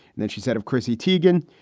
then she said of chrissy tiguan,